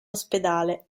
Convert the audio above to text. ospedale